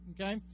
okay